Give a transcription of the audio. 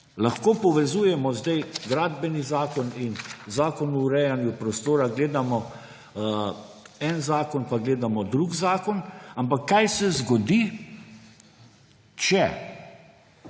Lahko povezujemo zdaj Gradbeni zakon in Zakon o urejanju prostora, gledamo en zakon pa gledamo drug zakon. Ampak kaj se zgodi, če